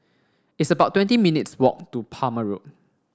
it's about twenty minutes' walk to Palmer Road